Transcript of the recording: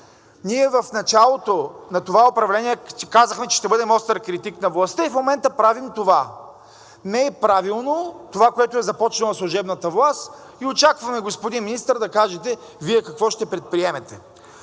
Ние в началото на това управление казахме, че ще бъдем остър критик на властта и в момента правим това. Не е правилно това, което е започнала служебната власт, и очакваме, господин министър, да кажете Вие какво ще предприемете.